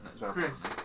Chris